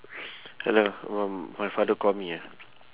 hello no my father call me ah